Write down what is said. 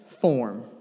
form